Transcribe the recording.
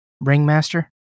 Ringmaster